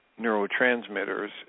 neurotransmitters